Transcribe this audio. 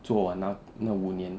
做完那那五年